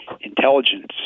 Intelligence